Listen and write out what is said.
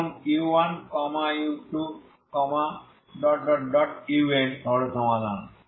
ধরুন u1 u2 un হল সমাধান